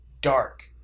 dark